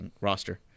roster